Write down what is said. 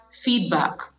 feedback